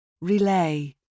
relay